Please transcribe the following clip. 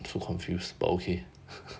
so confused but okay